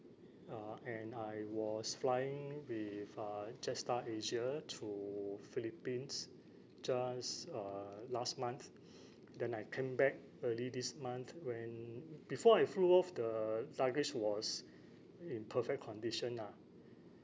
uh and I was flying with uh jetstar asia to philippines just uh last month then I came back early this month when before I flew off the luggage was in perfect condition ah